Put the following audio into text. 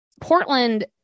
Portland